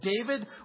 David